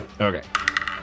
Okay